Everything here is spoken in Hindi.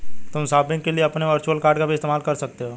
तुम शॉपिंग के लिए अपने वर्चुअल कॉर्ड भी इस्तेमाल कर सकते हो